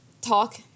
talk